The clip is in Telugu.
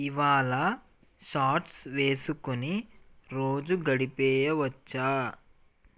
ఇవాళ షార్ట్స్ వేసుకుని రోజు గడిపేయవచ్చా